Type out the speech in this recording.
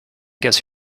guess